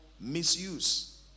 misuse